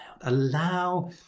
allow